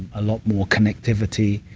a lot more connectivity,